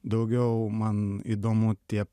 daugiau man įdomu tie